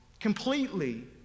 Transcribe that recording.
completely